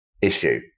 issue